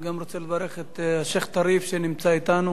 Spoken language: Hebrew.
אני גם רוצה לברך את השיח' טריף שנמצא אתנו.